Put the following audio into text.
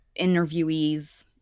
interviewees